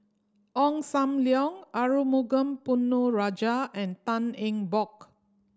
Ong Sam Leong Arumugam Ponnu Rajah and Tan Eng Bock